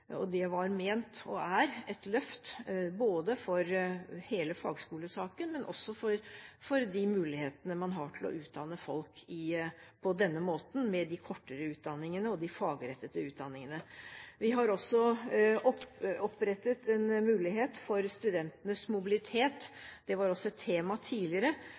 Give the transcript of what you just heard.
Det var ment som, og er, et løft for hele fagskolesaken og for de mulighetene man har til å utdanne folk på denne måten, med de kortere utdanningene og de fagrettede utdanningene. Vi har også opprettet en mulighet for studentenes mobilitet. Det var også et tema tidligere,